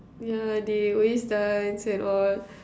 yeah they always dance and all